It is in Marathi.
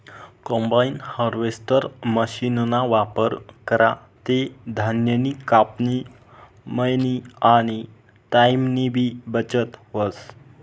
कंबाइन हार्वेस्टर मशीनना वापर करा ते धान्यनी कापनी, मयनी आनी टाईमनीबी बचत व्हस